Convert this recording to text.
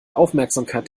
aufmerksamkeit